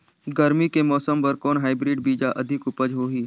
गरमी के मौसम बर कौन हाईब्रिड बीजा अधिक उपज होही?